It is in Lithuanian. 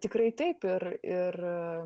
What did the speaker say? tikrai taip ir ir